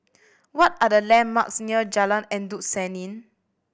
what are the landmarks near Jalan Endut Senin